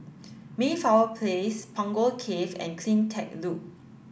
Mayflower Place Punggol Cove and CleanTech Loop